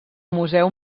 museu